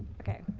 okay.